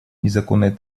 незаконной